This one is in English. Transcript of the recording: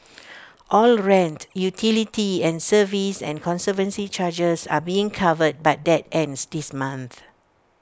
all rent utility and service and conservancy charges are being covered but that ends this month